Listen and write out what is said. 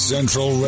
Central